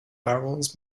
barrels